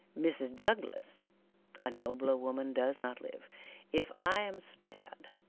mrs. douglas a nobler woman does not live if i am spared,